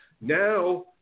Now